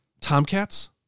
Tomcats